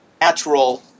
natural